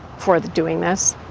for doing this.